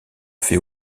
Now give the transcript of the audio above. fait